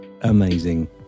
amazing